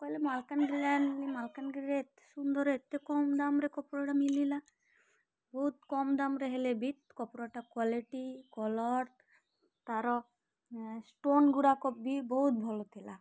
କହିଲେ ମାଲକାନଗିରି ଆଣିଲି ମାଲକାନଗିରିରେ ଏତେ ସୁନ୍ଦର ଏତେ କମ୍ ଦାମ୍ରେ କପଡ଼ଟା ମିଳିଲା ବହୁତ କମ୍ ଦାମ୍ରେ ହେଲେ ବି କପଡ଼ାଟା କ୍ଵାଲିଟି କଲର୍ ତାର ଷ୍ଟୋନ୍ ଗୁଡ଼ାକ ବି ବହୁତ ଭଲ ଥିଲା